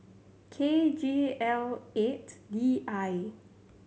K G L eight D I